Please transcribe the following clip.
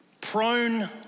prone